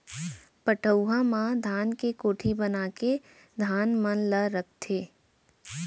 पटउहां म धान के कोठी बनाके धान मन ल रखथें